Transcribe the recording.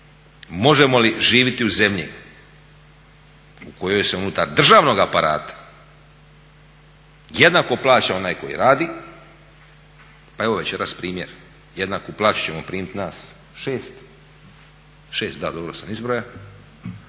Možemo li živjeti u zemlji u kojoj se unutar državnog aparata jednako plaća onaj koji radi, pa evo večeras primjer. Jednaku plaću ćemo primiti nas 6, 6 da dobro sam izbrojao